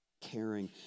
caring